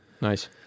Nice